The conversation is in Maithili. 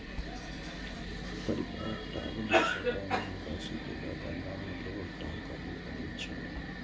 परिपक्वता अवधि सं पहिने निकासी केला पर दंड के भुगतान करय पड़ै छै